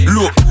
Look